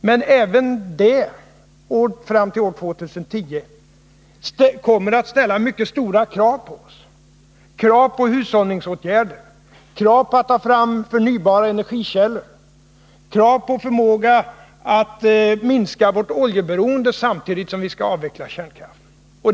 Men även en avveckling fram till 2010 kommer att ställa mycket stora krav på hushållningsåtgärder, på att ta fram förnybara energikällor och på vår förmåga att minska vårt oljeberoende samtidigt som vi skall avveckla kärnkraften.